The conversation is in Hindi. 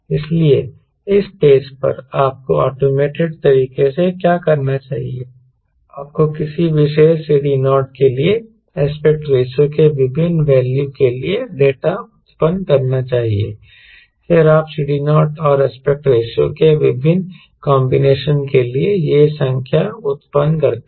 इसलिए इस स्टेज पर आपको ऑटोमेटेड तरीके से क्या करना चाहिए आपको किसी विशेष CD0 के लिए एस्पेक्ट रेशों के विभिन्न वैल्यू के लिए डेटा उत्पन्न करना चाहिए फिर आप CD0 और एस्पेक्ट रेशों के विभिन्न कंबीनेशन के लिए यह संख्या उत्पन्न करते हैं